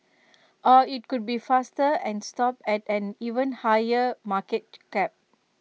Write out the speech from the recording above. or IT could be faster and stop at an even higher market cap